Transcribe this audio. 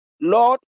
Lord